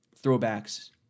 throwbacks